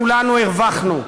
כולנו הרווחנו.